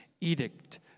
edict